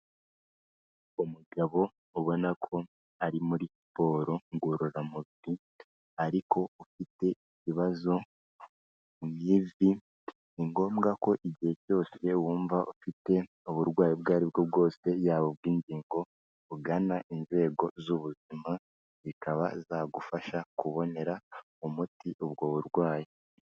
Umugabo ubona ko ari muri siporo ngororamubiri ariko ufite ibibazo mu ivi, ni ngombwa ko igihe cyose wumva ufite uburwayi ubwo aribwo bwose yaba ubw'ingingo ugana inzego z'ubuzima zikaba zagufasha kubonera umuti ubwo burwayi.